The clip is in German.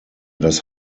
das